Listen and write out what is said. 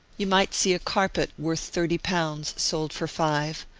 you might see a carpet, worth thirty pounds, sold for five,